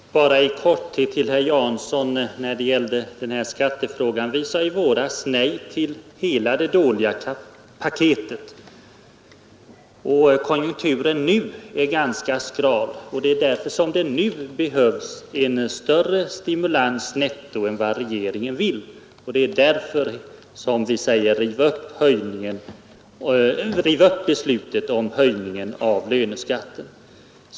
Fru talman! Bara några ord i korthet till herr Jansson när det gäller skattefrågan. För det första sade vi i våras nej till hela det dåliga paketet. För det andra är konjunkturen nu ganska skral, och det är därför som det nu behövs en större stimulans netto än regeringen föreslår. Det är därför vi bl.a. säger: Riv upp beslutet om höjningen av löneskatten!